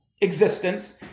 existence